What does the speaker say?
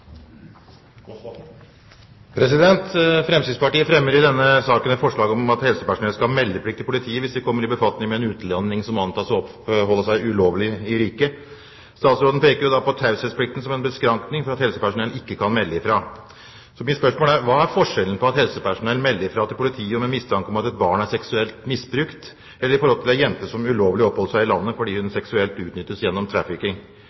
Fremskrittspartiet fremmer i denne saken et forslag om at helsepersonell skal ha meldeplikt til politiet hvis de kommer i befatning med en utlending som antas å oppholde seg ulovlig i riket. Statsråden peker da på taushetsplikten som en beskrankning for at helsepersonell ikke kan melde fra. Så mitt spørsmål er: Hva er grunnen til at helsepersonell melder fra til politiet når det er mistanke om at et barn er seksuelt misbrukt, men ikke når ei jente ulovlig oppholder seg i landet fordi hun seksuelt utnyttes gjennom